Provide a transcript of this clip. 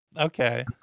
Okay